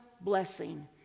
blessing